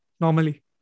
normally